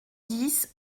dix